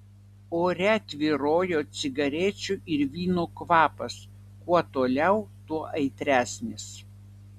ore tvyrojo cigarečių ir vyno kvapas kuo toliau tuo aitresnis